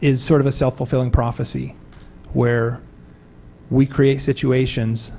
is sort of a self-fulfilling prophecy where we create situations